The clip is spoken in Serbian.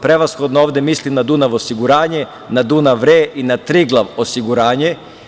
Prevashodno ovde mislim na „Dunav osiguranje“, na „Dunav RE“ i na „Triglav osiguranje“